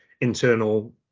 internal